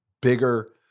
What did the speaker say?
bigger